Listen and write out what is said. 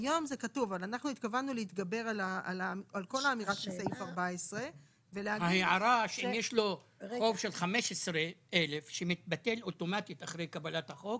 היום זה כתוב אבל אנחנו התכוונו להתגבר על כל האמירה של סעיף 14. ההערה שאם יש לו חוב של 15,000 שקל שמתבטל אוטומטית אחרי קבלת החוק,